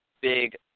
big